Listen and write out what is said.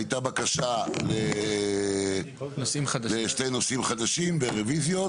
הייתה בקשה לשני נושאים חדשים ורביזיות.